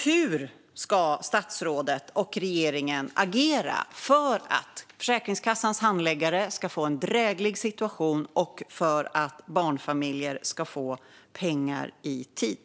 Hur ska statsrådet och regeringen agera för att Försäkringskassans handläggare ska få en dräglig situation och för att barnfamiljer ska få pengar i tid?